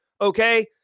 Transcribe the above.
okay